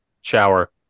Shower